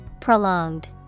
Prolonged